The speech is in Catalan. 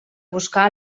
buscar